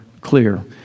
clear